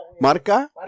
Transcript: Marca